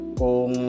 kung